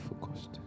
focused